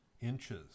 inches